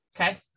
okay